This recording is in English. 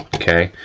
okay,